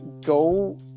go